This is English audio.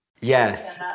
yes